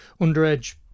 underage